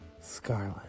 Scarlet